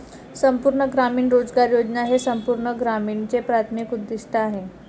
संपूर्ण ग्रामीण रोजगार योजना हे संपूर्ण ग्रामीणचे प्राथमिक उद्दीष्ट आहे